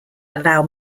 allow